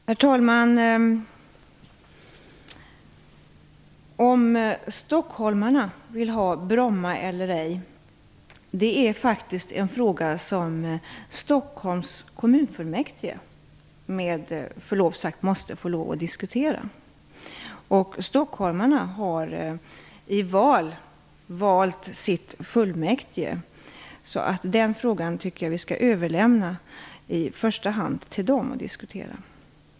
Herr talman! Om stockholmarna vill ha Bromma eller ej är faktiskt en fråga som Stockholms kommunfullmäktige med förlov sagt måste få lov att diskutera. Stockholmarna har valt sitt fullmäktige. Jag tycker att vi i första hand skall överlämna den frågan till dem att diskutera.